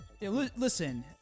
Listen